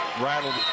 Rattled